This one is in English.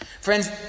Friends